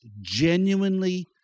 genuinely